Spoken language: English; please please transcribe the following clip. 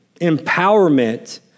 empowerment